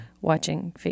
watching